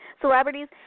Celebrities